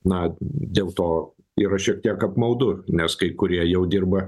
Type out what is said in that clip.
na dėl to yra šiek tiek apmaudu nes kai kurie jau dirba